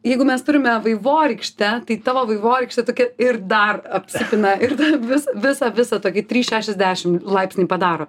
jeigu mes turime vaivorykštę tai tavo vaivorykštė tokia ir dar apsipina ir dar vis visą visą tokį trys šešiasdešim laipsnių padaro